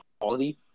quality